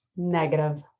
Negative